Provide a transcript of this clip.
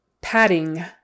Padding